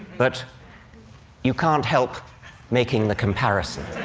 but you can't help making the comparison.